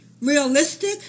realistic